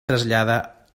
trasllada